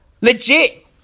Legit